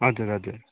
हजुर हजुर